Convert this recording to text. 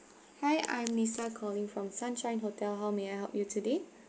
hi I'm lisa calling from sunshine hotel how may I help you today